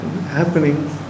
happening